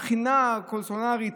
מבחינה קונסולרית,